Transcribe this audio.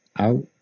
out